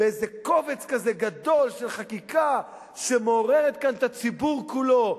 באיזה קובץ כזה גדול של חקיקה שמעוררת כאן את הציבור כולו,